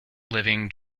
living